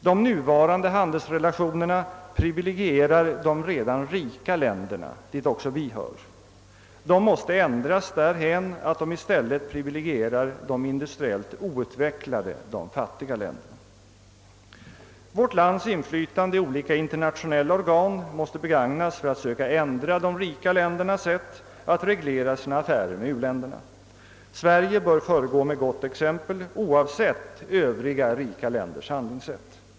De nuvarande handelsrelationerna privilegierar de redan rika länderna, dit också vi hör. De måste ändras därhän, att de privilegierar de industriellt outvecklade, fattiga länderna. Vårt lands inflytande i olika internationella organ måste begagnas för att söka ändra de rika ländernas sätt att reglera sina affärer med u-länderna. Sverige bör föregå med gott exempel oavsett övriga rika länders handlingssätt.